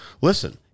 listen